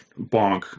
Bonk